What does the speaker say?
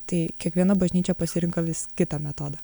tai kiekviena bažnyčia pasirinko vis kitą metodą